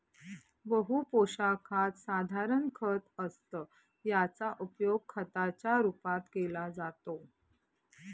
बहु पोशाखात साधारण खत असतं याचा उपयोग खताच्या रूपात केला जातो